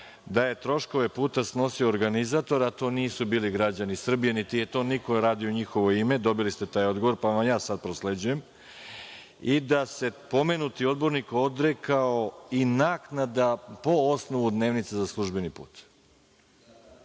da je troškove puta snosio organizator, a to nisu bili građani Srbije niti je to iko radio u njihovo ime. Dobili ste taj odgovor, pa vam ja sad to prosleđujem i da se pomenuti odbornik odrekao i naknada po osnovu dnevnice za službeni put.